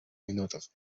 minutos